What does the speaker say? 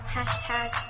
Hashtag